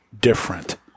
different